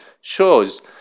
shows